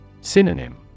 Synonym